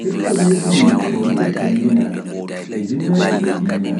ɓiɓɓe leydi Koriya fembinaa, ɓe jinnaki e dina,